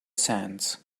sands